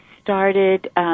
started